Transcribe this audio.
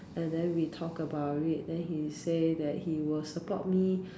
and then we talk about it then he say that he will support me